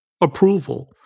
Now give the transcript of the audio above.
approval